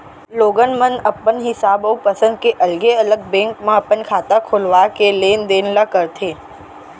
लोगन मन अपन हिसाब अउ पंसद के अलगे अलग बेंक म अपन खाता खोलवा के लेन देन ल करथे